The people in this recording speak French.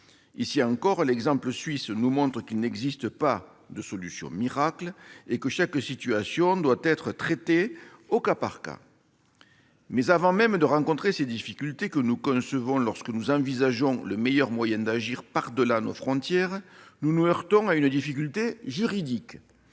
Ici encore, l'exemple suisse nous montre qu'il n'existe pas de solution miracle et que chaque situation doit être traitée au cas par cas. Mais avant même de rencontrer ces difficultés que nous concevons lorsque nous envisageons le meilleur moyen d'agir par-delà nos frontières, nous nous heurtons à une première difficulté juridique.